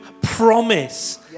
promise